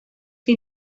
que